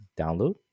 download